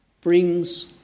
brings